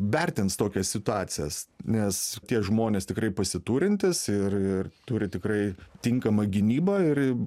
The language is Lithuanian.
vertins tokias situacijas nes tie žmonės tikrai pasiturintys ir ir turi tikrai tinkamą gynybą ir į